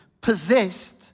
possessed